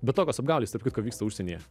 bet tokios apgaulės tarp kitko vyksta užsienyje